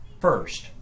first